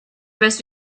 best